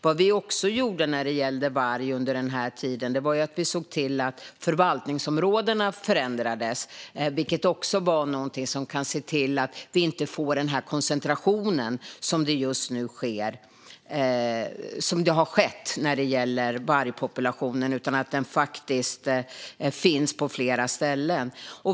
Vad vi också gjorde när det gällde varg under den här tiden var att se till att förvaltningsområdena förändrades, vilket också är någonting som kan leda till att det inte blir den koncentration som det har blivit när det gäller vargpopulationen. Den ska ju finnas på flera ställen.